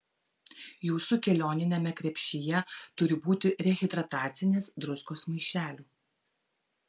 jūsų kelioniniame krepšyje turi būti rehidratacinės druskos maišelių